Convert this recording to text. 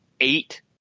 eight